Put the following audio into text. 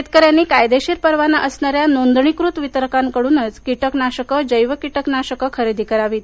शेतकऱ्यांनी कायदेशीर परवाना असणाऱ्या नोंदणीकृत वितरकाकडून किटकनाशके जैवकिटकनाशके खरेदी करावीत